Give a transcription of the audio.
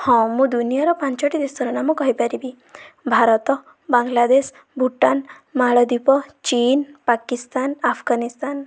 ହଁ ମୁଁ ଦୁନିଆର ପାଞ୍ଚଟି ଦେଶର ନାମ କହିପାରିବି ଭାରତ ବାଙ୍ଗ୍ଲାଦେଶ ଭୁଟାନ ମାଳଦ୍ୱୀପ ଚୀନ୍ ପାକିସ୍ତାନ୍ ଆଫଗାନିସ୍ତାନ୍